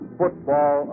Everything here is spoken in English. football